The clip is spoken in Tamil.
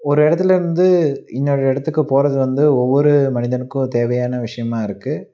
ஒரு இடத்துல இருந்து இன்னொரு இடத்துக்கு போகிறது வந்து ஒவ்வொரு மனிதனுக்கும் தேவையான விஷயமா இருக்குது